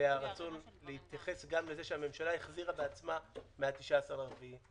והרצון להתייחס גם לזה שהממשלה החזירה בעצמה מה-19 באפריל.